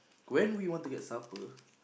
when we want to get supper